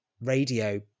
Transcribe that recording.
radio